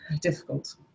difficult